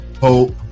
Hope